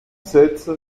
sept